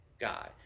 God